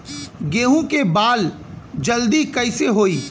गेहूँ के बाल जल्दी कईसे होई?